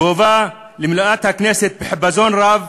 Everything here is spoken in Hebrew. והובא למליאת הכנסת בחיפזון רב,